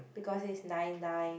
because it's nine nine